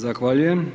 Zahvaljujem.